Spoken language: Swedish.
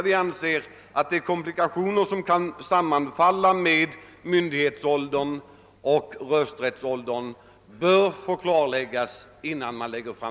Vi anser därför att de problem som kan vara förenade med en ändring av myndighetsåldern och rösträttsåldern bör klarläggas innan förslag fram